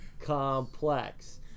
Complex